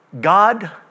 God